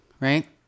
right